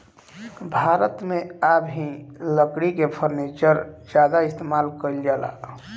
भारत मे आ भी लकड़ी के फर्नीचर ज्यादा इस्तेमाल कईल जाला